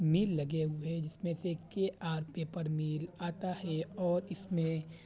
مل لگے ہوئے ہیں جس میں سے کے آر پیپر مل آتا ہے اور اس میں